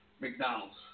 McDonald's